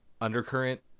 undercurrent